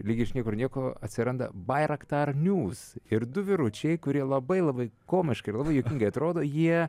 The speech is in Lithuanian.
lyg iš niekur nieko atsiranda bairaktar niūs ir du vyručiai kurie labai labai komiškai ir labai juokingai atrodo jie